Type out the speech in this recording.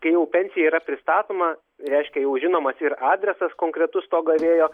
kai jau pensija yra pristatoma reiškia jau žinomas ir adresas konkretus to gavėjo